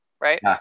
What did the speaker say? Right